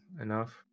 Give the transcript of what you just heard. enough